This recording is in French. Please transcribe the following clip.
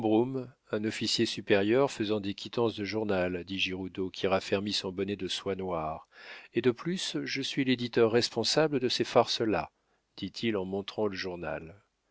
un officier supérieur faisant des quittances de journal dit giroudeau qui raffermit son bonnet de soie noire et de plus je suis l'éditeur responsable de ces farces là dit-il en montrant le journal